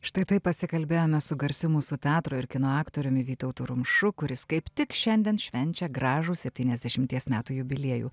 štai taip pasikalbėjome su garsiu mūsų teatro ir kino aktoriumi vytautu rumšu kuris kaip tik šiandien švenčia gražų septyniasdešimties metų jubiliejų